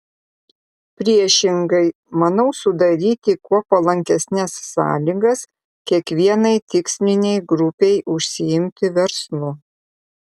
priešingai manau sudaryti kuo palankesnes sąlygas kiekvienai tikslinei grupei užsiimti verslu